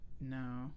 No